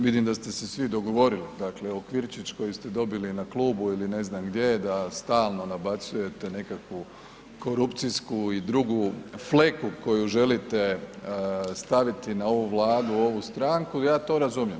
Vidim da ste se svi dogovorili, dakle, okvirčić koji ste dobili na klubu ili ne znam gdje, da stalno nabacujete nekakvu korupcijsku ili drugu fleku koju želite staviti na ovu Vladu, ovu stranku, ja to razumijem.